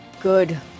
good